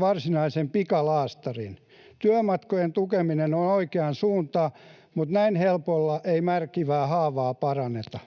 varsinaisen pikalaastarin. Työmatkojen tukeminen on oikea suunta, mutta näin helpolla ei märkivää haavaa paranneta.